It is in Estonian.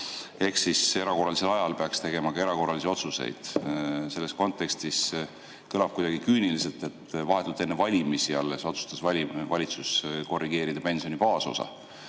Ehk erakorralisel ajal peaks tegema ka erakorralisi otsuseid. Selles kontekstis kõlab kuidagi küüniliselt, et alles vahetult enne valimisi otsustas valitsus korrigeerida pensioni baasosa.